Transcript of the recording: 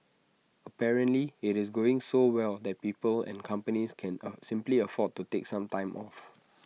apparently IT is going so well that people and companies can are simply afford to take some time off